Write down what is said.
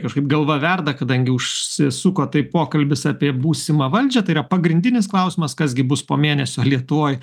kažkaip galva verda kadangi užsisuko tai pokalbis apie būsimą valdžią tai yra pagrindinis klausimas kas gi bus po mėnesio lietuvoj